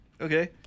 Okay